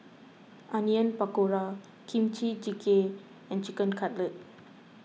Onion Pakora Kimchi Jjigae and Chicken Cutlet